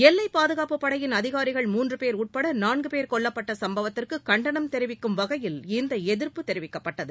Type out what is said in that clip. எல்லைப்பதுகாப்புப் படையின் அதிகாரிகள் மூன்று பேர் உட்பட நான்கு பேர் கொல்லப்பட்ட சம்பவத்திற்கு கண்டனம் தெரிவிக்கும் வகையில் இந்த எதிர்ப்பு தெரிவிக்கப்பட்டது